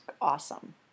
awesome